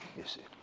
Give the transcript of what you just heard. you see.